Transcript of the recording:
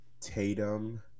Tatum